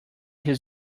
his